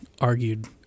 argued